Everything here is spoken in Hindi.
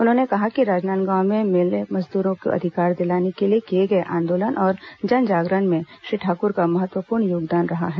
उन्होंने कहा है कि राजनांदगांव में मिल मजदूरों को अधिकार दिलाने के लिए किए गए आंदोलन और जन जागरण में श्री ठाकुर का महत्वपूर्ण योगदान रहा है